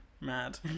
Mad